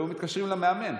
היו מתקשרים למאמן.